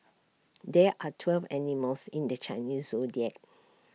there are twelve animals in the Chinese Zodiac